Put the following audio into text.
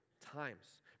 times